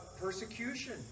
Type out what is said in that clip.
persecution